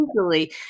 easily